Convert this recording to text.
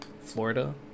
florida